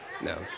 No